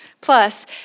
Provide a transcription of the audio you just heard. Plus